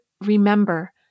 remember